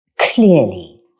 clearly